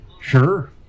Sure